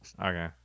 Okay